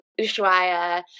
Ushuaia